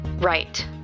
Right